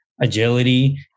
agility